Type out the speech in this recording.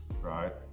right